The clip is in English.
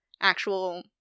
actual